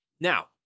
Now